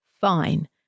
fine